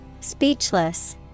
Speechless